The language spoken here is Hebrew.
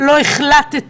לא החלטתי.